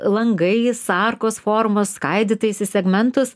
langais arkos formos skaidytais į segmentus